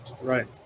right